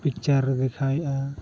ᱯᱤᱠᱪᱟᱨᱮ ᱫᱮᱠᱷᱟᱣᱮᱫᱟ